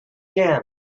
jams